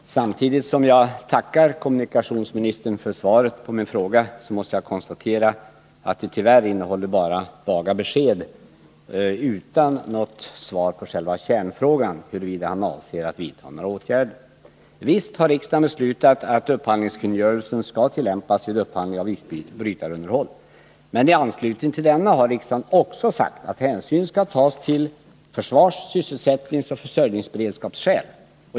Herr talman! Samtidigt som jag tackar kommunikationsministern för svaret på min fråga måste jag konstatera att det tyvärr bara innehåller vaga besked. Jag får inget svar på själva kärnfrågan huruvida han avser att vidta några åtgärder. Visst har riksdagen beslutat att upphandlingskungörelsen skall tillämpas vid upphandling av isbrytarunderhåll. Men i anslutning till denna har riksdagen också sagt att hänsyn skall tas till försvars-, sysselsättningsoch försörjningsberedskapsskäl.